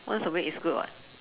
once a week is good [what]